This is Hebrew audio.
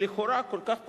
שלכאורה הוא כל כך פשוט.